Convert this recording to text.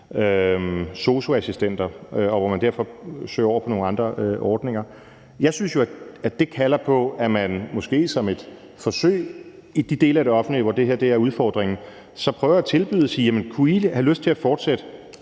sosu-assistenter, og hvor man derfor søger over på nogle andre ordninger. Jeg synes jo, at det kalder på, at man måske som et forsøg i de dele af det offentlige, hvor det her er udfordringen, prøver at tilbyde dem noget og spørger, om de f.eks. kunne have lyst til at fortsætte